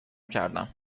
کردم